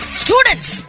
students